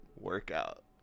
workout